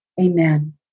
Amen